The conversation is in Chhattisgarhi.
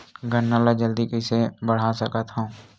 गन्ना ल जल्दी कइसे बढ़ा सकत हव?